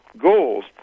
goals